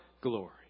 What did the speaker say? glory